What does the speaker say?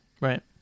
right